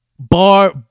Bar